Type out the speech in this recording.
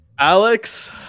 Alex